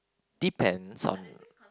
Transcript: depends on